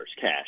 cash